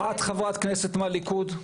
את חברת כנסת מהליכוד?